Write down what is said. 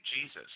Jesus